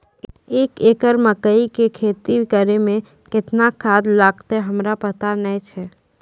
एक एकरऽ मकई के खेती करै मे केतना खाद लागतै हमरा पता नैय छै?